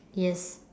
yes